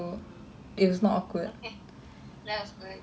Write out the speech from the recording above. okay that is good ya